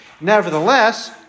Nevertheless